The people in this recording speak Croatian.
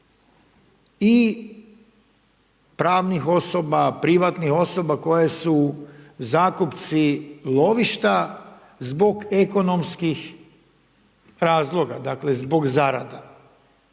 i pravnih osoba, privatnih osoba koje su zakupci lovišta zbog ekonomskih razloga, dakle zbog zarada.